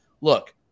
look